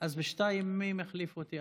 אז ב-14:00 מי מחליף אותי?